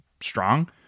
strong